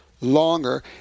longer